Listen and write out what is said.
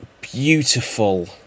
beautiful